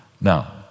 Now